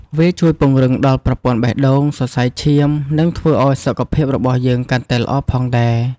វាជួយពង្រឹងដល់ប្រព័ន្ធបេះដូង សរសៃឈាម និងធ្វើឱ្យសុខភាពរបស់យើងកាន់តែល្អផងដែរ។